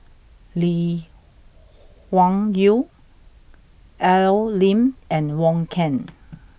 Lee Wung Yew Al Lim and Wong Keen